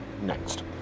next